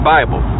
Bible